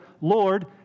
Lord